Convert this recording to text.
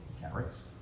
carrots